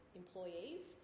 employees